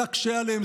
תקשה עליהם,